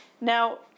Now